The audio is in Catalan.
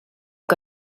que